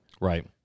Right